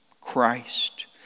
Christ